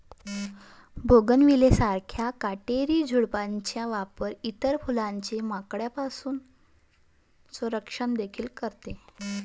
bougainvillea सारख्या काटेरी झुडपांचा वापर इतर फुलांचे माकडांपासून संरक्षण देखील करते